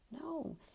No